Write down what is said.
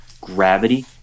gravity